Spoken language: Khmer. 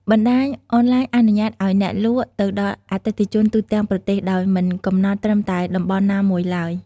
បណ្ដាញអនឡាញអនុញ្ញាតឱ្យអ្នកលក់ទៅដល់អតិថិជនទូទាំងប្រទេស ដោយមិនកំណត់ត្រឹមតែតំបន់ណាមួយឡើយ។